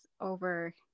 over